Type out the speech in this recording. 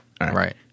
Right